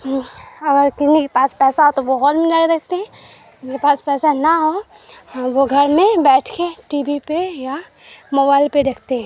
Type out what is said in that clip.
اگر کنہیں کے پاس پیسہ ہو تو وہ ہال میں جا کے دیکھتے ہیں ان کے پاس پیسہ نہ ہو ہم وہ گھر میں بیٹھ کے ٹی وی پہ یا موبائل پہ دیکھتے ہیں